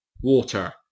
water